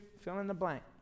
fill-in-the-blank